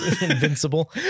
Invincible